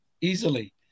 easily